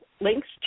links